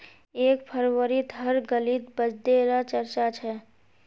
एक फरवरीत हर गलीत बजटे र चर्चा छ